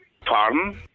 Pardon